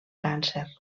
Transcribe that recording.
càncer